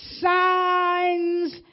signs